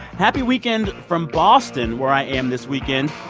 happy weekend from boston, where i am this weekend.